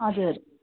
हजुर